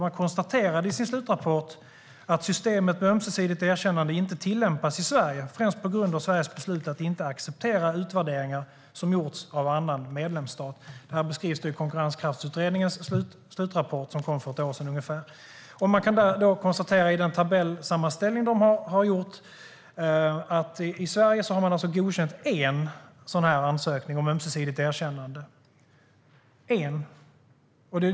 Man konstaterade i sin slutrapport att systemet med ömsesidigt erkännande inte tillämpas i Sverige, främst på grund av Sveriges beslut att inte acceptera utvärderingar som har gjorts av annan medlemsstat. Detta beskrivs i Konkurrenskraftsutredningens slutrapport, som kom för ungefär ett år sedan. ansökan om ömsesidigt erkännande - en.